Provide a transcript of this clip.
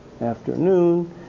afternoon